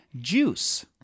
Juice